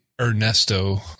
Ernesto